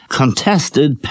contested